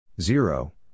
Zero